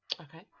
Okay